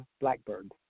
BlackBird